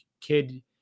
Kid